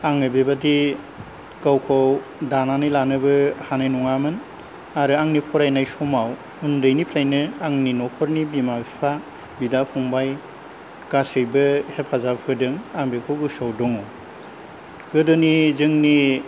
आङो बेबायदि गावखौ दानानै लानोबो हानाय नङामोन आरो आंनि फरायनाय समाव उन्दैनिफ्रायनो आंनि न'खरनि बिमा बिफा बिदा फंबाइ गासैबो हेफाजाब होदों आं बेखौ गोसोआव दङ गोदोनि जोंनि